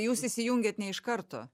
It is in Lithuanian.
jūs įsijungėt ne iš karto